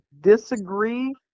disagree